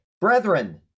Brethren